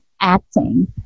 acting